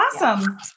Awesome